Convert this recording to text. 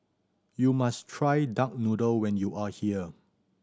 you must try duck noodle when you are here